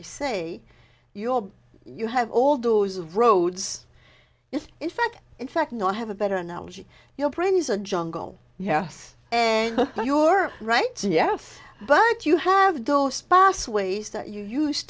i say you all you have all those roads if in fact in fact not have a better analogy your brain is a jungle yes and you're right yes but you have those spots ways that you used